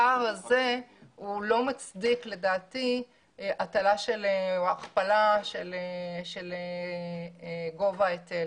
הפער הזה הוא לא מצדיק לדעתי הכפלה של גובה ההיטל.